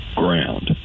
ground